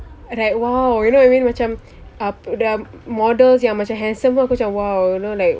like !wow! you know what I mean macam uh models yang macam handsome pun aku macam !wow! you know like